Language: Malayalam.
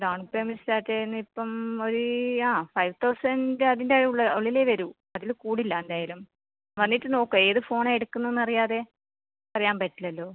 ഡൗൺ പേയ്മെൻറ്റ് സ്റ്റാർട്ട് ചെയ്യുന്നത് ഇപ്പം ഒരു ആ ഫൈവ് തൗസൻഡ് അതിൻ്റെ ഉള്ളിലേ വരൂ അതിൽ കൂടില്ല എന്തായാലും വന്നിട്ട് നോക്ക് ഏത് ഫോണാണ് എടുക്കുന്നതെന്ന് അറിയാതെ പറയാൻ പറ്റില്ലല്ലോ